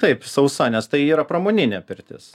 taip sausa nes tai yra pramoninė pirtis